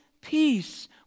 peace